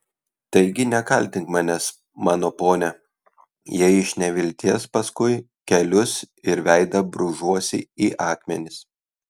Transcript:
taigi nekaltink manęs mano pone jei iš nevilties paskui kelius ir veidą brūžuosi į akmenis